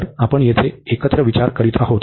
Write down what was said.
तर आपण येथे एकत्र विचार करीत आहोत